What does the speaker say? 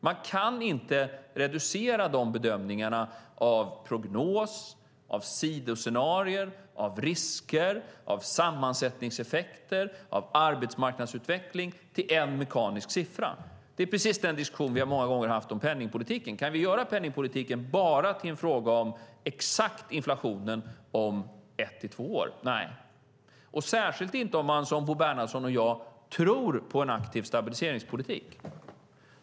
Man kan inte reducera bedömningarna av prognoser, sidoscenarier, risker, sammansättningseffekter och arbetsmarknadsutveckling till en mekanisk siffra. Det är precis den diskussion vi många gånger har haft om penningpolitiken. Kan vi göra penningpolitiken till bara en fråga om exakt inflationen om ett-två år? Nej. Särskilt inte om man, som Bo Bernhardsson och jag, tror på en aktiv stabiliseringspolitik.